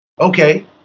Okay